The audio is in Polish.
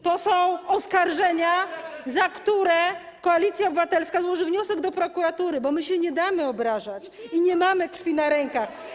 To są oskarżenia, za które Koalicja Obywatelska złoży wniosek do prokuratury, bo my się nie damy obrażać i nie mamy krwi na rękach.